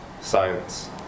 Science